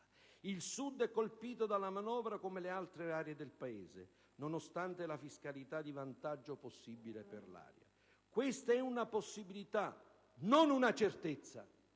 Il Sud è colpito dalla manovra come le altre aree del Paese, nonostante la fiscalità di vantaggio possibile per l'area. Questa è una possibilità, non una certezza,